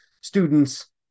students